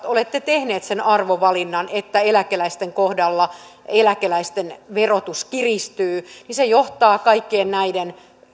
olette tehneet sen arvovalinnan että eläkeläisten kohdalla verotus kiristyy niin se johtaa kaikkien näiden